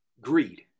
Greed